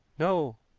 no,